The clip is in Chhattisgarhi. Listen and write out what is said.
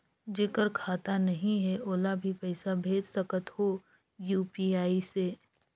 जेकर खाता नहीं है ओला भी पइसा भेज सकत हो यू.पी.आई से?